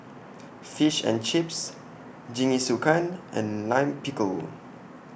Fish and Chips Jingisukan and Lime Pickle